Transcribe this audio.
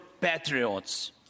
patriots